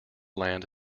land